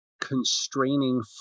constraining